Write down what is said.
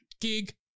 gig